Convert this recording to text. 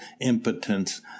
impotence